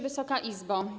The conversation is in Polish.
Wysoka Izbo!